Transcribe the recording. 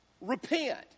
repent